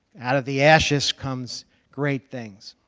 out of the ashes comes great things.